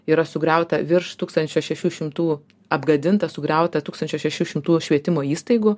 yra sugriauta virš tūkstančio šešių šimtų apgadinta sugriauta tūkstančio šešių šimtų švietimo įstaigų